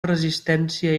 resistència